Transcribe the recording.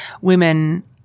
women